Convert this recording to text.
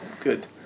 good